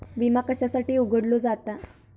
विमा कशासाठी उघडलो जाता?